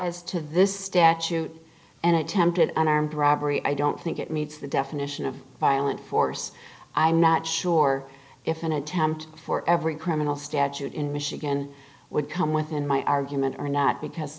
as to this statute an attempted armed robbery i don't think it meets the definition of violent force i'm not sure if an attempt for every criminal statute in michigan would come within my argument or not because